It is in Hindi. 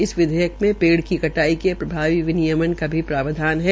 इस विधेयक मे पेड़ की कटाई के प्रभावी विनियमन का भी प्रभाव है